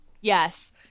Yes